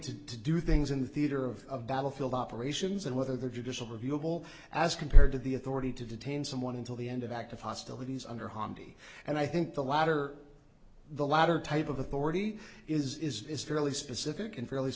to do things in the theater of battlefield operations and whether the judicial review of all as compared to the authority to detain someone until the end of active hostilities under hante and i think the latter the latter type of authority is is fairly specific in fairly